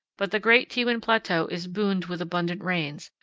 but the great tewan plateau is booned with abundant rains,